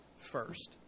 first